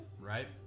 right